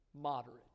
moderate